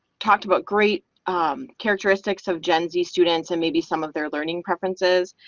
talked about great characteristics of gen z students and maybe some of their learning preferences.